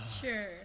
Sure